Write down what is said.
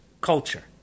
culture